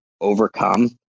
overcome